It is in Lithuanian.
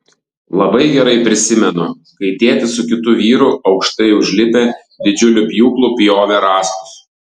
labai gerai prisimenu kai tėtis su kitu vyru aukštai užlipę didžiuliu pjūklu pjovė rąstus